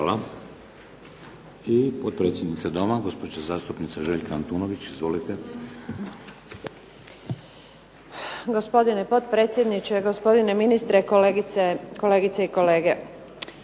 Hvala. I potpredsjednica Doma, gospođa zastupnica Željka Antunović. Izvolite. **Antunović, Željka (SDP)** Gospodine potpredsjedniče, gospodine ministre, kolegice i kolege.